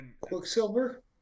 Quicksilver